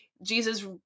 jesus